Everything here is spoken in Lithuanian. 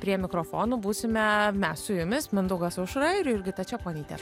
prie mikrofonų būsime mes su jumis mindaugas aušra ir jurgita čeponytė